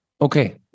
okay